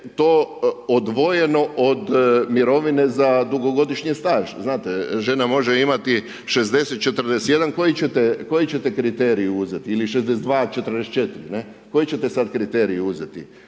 to odvojeno od mirovine za dugogodišnji staž, znate, žena može imati 60, 41, koji ćete kriterij uzeti ili 62, 44, ne, koji ćete sada kriterij uzeti?